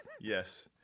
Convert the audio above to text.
yes